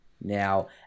now